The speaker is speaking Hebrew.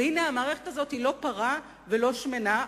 והנה המערכת הזאת היא לא פרה ולא שמנה.